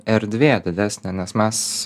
erdvė didesnė nes mes